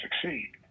succeed